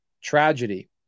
tragedy